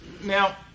Now